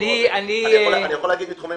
אני יכול לומר בתחומים